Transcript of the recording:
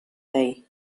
dei